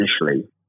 initially